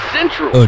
Central